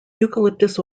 eucalyptus